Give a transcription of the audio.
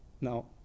now